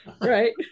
right